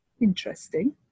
interesting